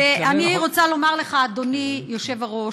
דקה, אבל, ואני רוצה לומר לך, אדוני היושב-ראש,